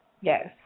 Yes